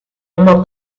uma